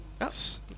Yes